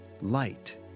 Light